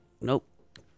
Nope